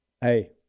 Hey